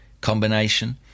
combination